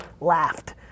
laughed